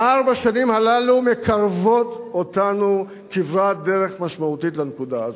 וארבע השנים הללו מקרבות אותנו כברת דרך משמעותית לנקודה הזאת.